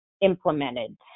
implemented